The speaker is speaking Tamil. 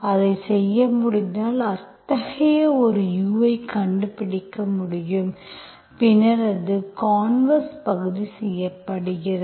அதை செய்ய முடிந்தால் அத்தகைய ஒரு u ஐ கண்டுபிடிக்க முடியும் பின்னர் அது கான்வெர்ஸ் பகுதி செய்யப்படுகிறது